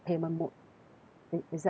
is is that okay with